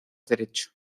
derecho